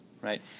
right